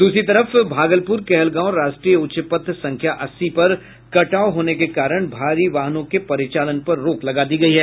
दूसरी तरफ भागलपूर कहलगांव राष्ट्रीय उच्च पथ संख्या अस्सी पर कटाव होने के कारण भारी वाहनों के परिचालन पर रोक लगा दी गयी है